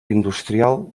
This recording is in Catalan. industrial